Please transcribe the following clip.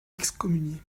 excommunié